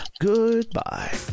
Goodbye